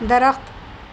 درخت